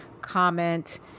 comment